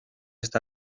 esta